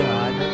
God